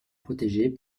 protégés